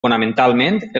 fonamentalment